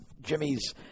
Jimmy's